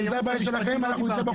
אם זו הבעיה שלכם, אל דאגה.